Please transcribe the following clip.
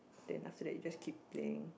then after that you just keep playing